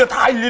i